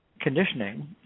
conditioning